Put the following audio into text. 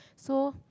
so